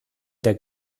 der